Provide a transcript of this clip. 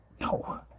No